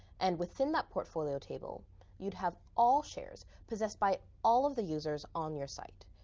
and within that portfolio table you'd have all shares possessed by all of the users on your site.